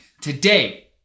Today